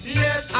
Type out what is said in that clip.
yes